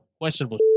questionable